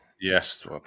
Yes